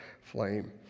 flame